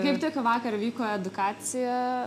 kaip tik vakar vyko edukacija